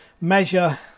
measure